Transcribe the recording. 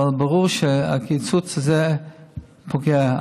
ברור שהקיצוץ הזה פוגע.